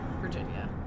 Virginia